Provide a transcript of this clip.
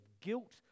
guilt